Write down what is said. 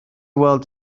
weld